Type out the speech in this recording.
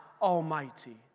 Almighty